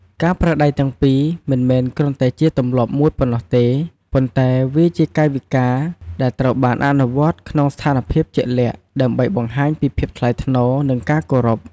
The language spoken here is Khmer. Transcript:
ការប្រើដៃទាំងពីរ មិនមែនគ្រាន់តែជាទម្លាប់មួយប៉ុណ្ណោះទេ ប៉ុន្តែវាជាកាយវិការដែលត្រូវបានអនុវត្តក្នុងស្ថានភាពជាក់លាក់ ដើម្បីបង្ហាញពីភាពថ្លៃថ្នូរ និងការគោរព។